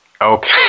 Okay